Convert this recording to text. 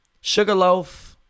Sugarloaf